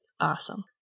awesome